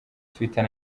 twitter